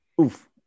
Oof